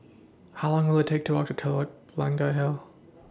How Long Will IT Take to Walk to Telok Blangah Hill